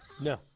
No